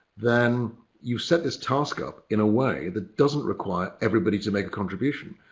then you set this task up in a way that doesn't require everybody to make a contribution.